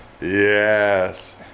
Yes